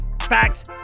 facts